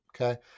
Okay